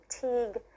fatigue